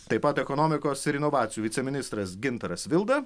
taip pat ekonomikos ir inovacijų viceministras gintaras vilda